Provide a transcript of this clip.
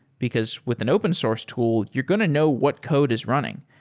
because with an open source tool, you're going to know what code is running,